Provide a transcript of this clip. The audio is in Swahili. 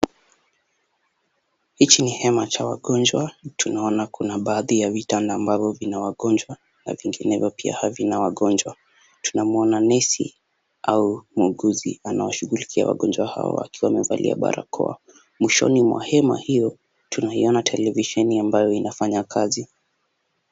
Hichi ni hema cha wagonjwa tunaona kuna baadhi ya vitanda ambavyo vina wagonjwa na vinginevyo pia havina wagonjwa. Tunamuona nesi au muuguzi anawashughulikia wagonjwa hao akiwa amevalia barakoa. Mwishoni mwa hema hiyo tunaiona televisheni ambayo inafanya kazi.